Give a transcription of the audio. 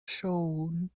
shone